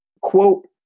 quote